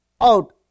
out